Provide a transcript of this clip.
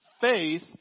Faith